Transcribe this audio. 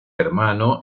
hermano